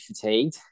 fatigued